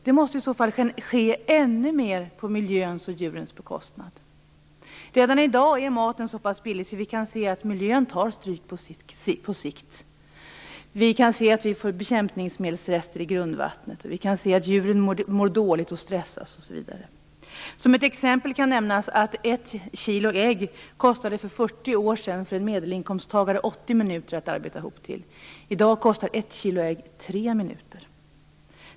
Det måste i så fall ske ännu mer på miljöns och djurens bekostnad. Redan i dag är maten så pass billig att miljön tar stryk på sikt. Vi får bekämpningsmedelsrester i grundvattnet, djuren mår dåligt och stressas, osv. Som ett exempel kan nämnas att ett kilo ägg för 40 år sedan kostade 80 minuter att arbeta ihop till för en medelinkomsttagare. I dag kostar ett kilo ägg tre minuters arbete.